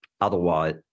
Otherwise